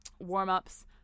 warm-ups